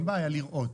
אין בעיה לראות.